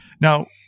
Now